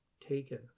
taken